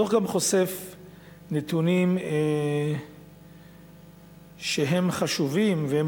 הדוח גם חושף נתונים שהם חשובים והם